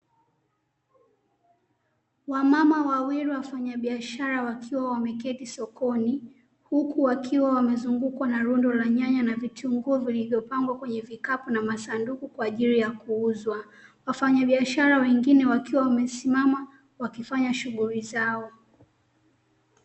Wamama wawili wafanyabiashara wakiwa wameketi sokoni, huku wakiwa wamezungukwa na rundo la nyanya na vitunguu vilivyopangwa kwenye vikapu na masanduku kwa ajili ya kuuzwa. Wafanyabiashara wengine wakiwa wamesimama wakifanya shughuli zao.